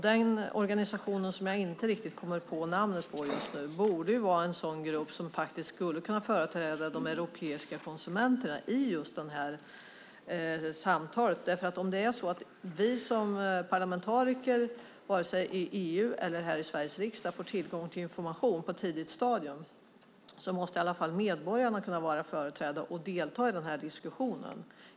Denna organisation, som jag inte kommer ihåg namnet på just nu, borde vare en grupp som skulle kunna företräda de europeiska konsumenterna i detta samtal. Om vi som parlamentariker varken i EU eller här i Sveriges riksdag får tillgång till information på ett tidigt stadium måste i alla fall medborgarna kunna vara företrädare och delta i diskussionen.